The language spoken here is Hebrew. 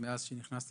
שמאז שנכנסת